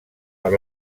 per